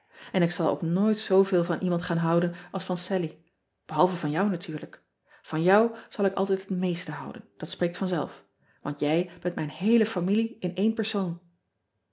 n ik zal ook nooit zooveel van iemand gaan houden als van allie behalve van jou natuurlijk an jou zal ik altijd het meeste houden dat spreekt vanzelf want jij bent mijn heele familie in één persoon